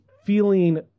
feeling